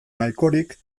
nahikorik